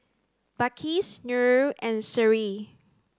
Balqis Nurul and Seri